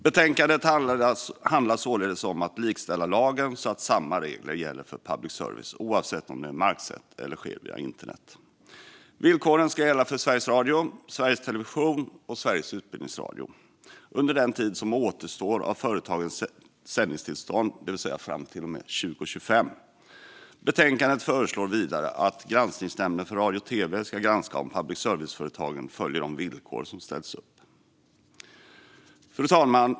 Betänkandet handlar således om att likställa lagen så att samma regler gäller för public service oavsett om det är marksänt eller sänds via internet. Villkoren ska gälla för Sveriges Radio, Sveriges Television och Sveriges Utbildningsradio under den tid som återstår av företagens sändningstillstånd, det vill säga till och med 2025. I betänkandet föreslås vidare att granskningsnämnden för radio och tv ska granska om public service-företagen följer de villkor som ställts upp. Fru talman!